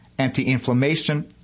anti-inflammation